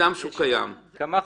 נדהם שהוא קיים --- יש כמה חוקים.